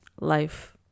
life